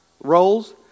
roles